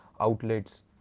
outlets